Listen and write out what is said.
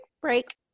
break